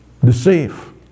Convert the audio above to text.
deceive